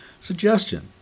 Suggestion